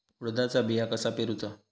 उडदाचा बिया कसा पेरूचा?